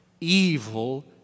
evil